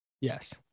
Yes